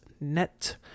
net